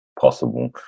possible